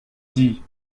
dit